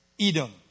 Edom